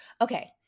okay